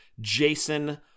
Jason